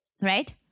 Right